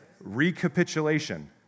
Recapitulation